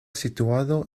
situado